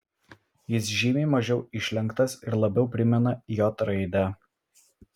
jis žymiai mažiau išlenktas ir labiau primena j raidę